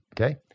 Okay